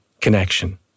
connection